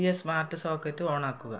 പുതിയ smart socket ഓണാക്കുക